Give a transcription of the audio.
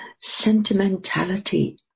sentimentality